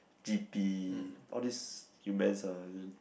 g_p all this humans ah I mean